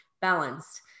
balanced